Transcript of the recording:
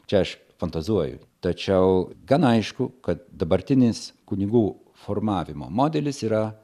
čia aš fantazuoju tačiau gana aišku kad dabartinis kunigų formavimo modelis yra